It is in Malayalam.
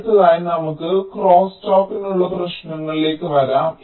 അടുത്തതായി നമുക്ക് ക്രോസ്റ്റോക്കിനുള്ള പ്രശ്നങ്ങളിലേക്ക് വരാം